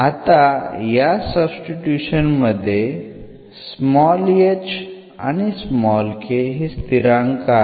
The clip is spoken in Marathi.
आता या सब्स्टिट्यूशन मध्ये h आणि k हे स्थिरांक आहेत